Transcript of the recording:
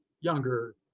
younger